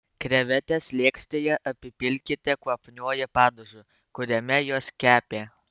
krevetes lėkštėje apipilkite kvapniuoju padažu kuriame jos kepė